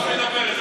יאללה.